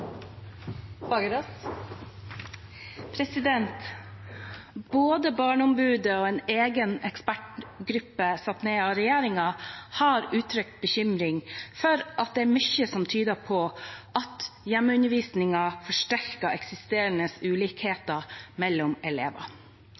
tiltak. Både Barneombudet og en egen ekspertgruppe satt ned av regjeringen har uttrykt bekymring for at det er mye som tyder på at